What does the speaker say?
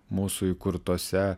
mūsų įkurtose